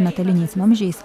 metaliniais vamzdžiais